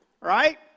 right